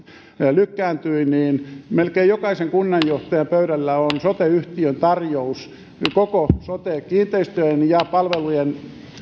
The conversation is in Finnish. lykkääntyi niin melkein jokaisen kunnanjohtajan pöydällä on sote yhtiön tarjous koko sote kiinteistöjen ja palvelujen